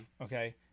okay